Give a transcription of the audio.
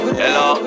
Hello